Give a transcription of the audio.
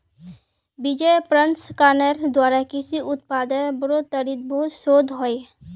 बिजेर प्रसंस्करनेर द्वारा कृषि उत्पादेर बढ़ोतरीत बहुत शोध होइए